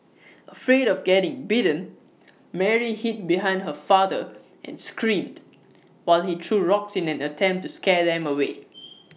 afraid of getting bitten Mary hid behind her father and screamed while he threw rocks in an attempt to scare them away